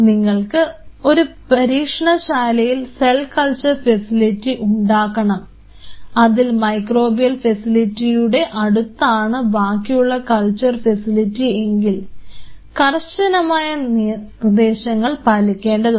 നിങ്ങൾക്ക് ഒരു പരീക്ഷണശാലയിൽ സെൽ കൾച്ചർ ഫെസിലിറ്റി ഉണ്ടാക്കണംഅതിൽ മൈക്രോബിയൽ ഫെസിലിറ്റിയുടെ അടുത്താണ് ബാക്കിയുള്ള കൾച്ചർ ഫെസിലിറ്റി എങ്കിൽ കർശനമായ നിർദ്ദേശങ്ങൾ പാലിക്കേണ്ടതുണ്ട്